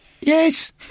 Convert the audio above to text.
Yes